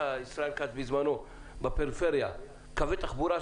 ישראל כץ בזמנו בפריפריה קווי תחבורה,